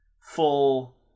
full